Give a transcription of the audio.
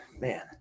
man